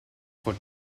for